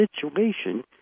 situation